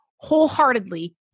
wholeheartedly